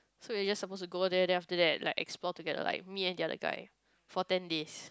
so we are just suppose to go there then after that like explore together like me and the other guy for ten days